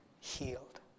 healed